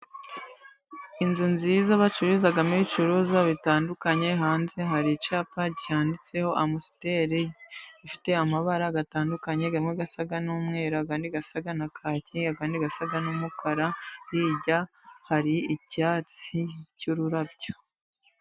Inzu nziza bacururizamo ibicuruzwa bitandukanye. Hanze hari icyapa cyanditseho amusiteri. Gifite amabara atandukanye. Amwe asa n'umweru, andi asa na kake, andi asa n'umukara. Hirya hari icyatsi cy'ururabyo.